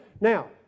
Now